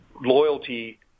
loyalty